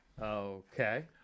Okay